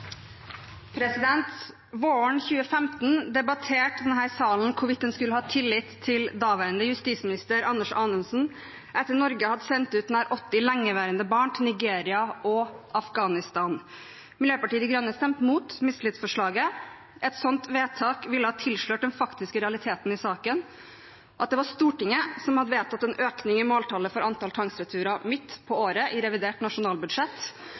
Våren 2015 debatterte denne salen hvorvidt en skulle ha tillit til daværende justisminister Anders Anundsen etter at Norge hadde sendt ut nær 80 lengeværende barn til Nigeria og Afghanistan. Miljøpartiet De Grønne stemte mot mistillitsforslaget. Et slikt vedtak ville ha tilslørt den faktiske realiteten i saken: at det var Stortinget som hadde vedtatt en økning i måltallet for antall tvangsreturer, midt i året, i revidert nasjonalbudsjett,